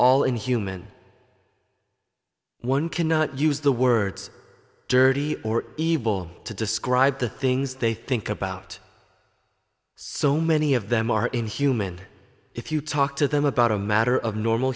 all inhuman one cannot use the words dirty or evil to describe the things they think about so many of them are inhuman if you talk to them about a matter of normal